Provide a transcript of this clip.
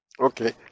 okay